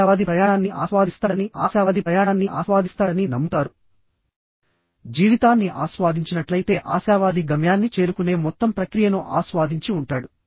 ఆశావాది ప్రయాణాన్ని ఆస్వాదిస్తాడని ఆశావాది ప్రయాణాన్ని ఆస్వాదిస్తాడని నమ్ముతారు జీవితాన్ని ఆస్వాదించినట్లయితేఆశావాది గమ్యాన్ని చేరుకునే మొత్తం ప్రక్రియను ఆస్వాదించి ఉంటాడు